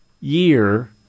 year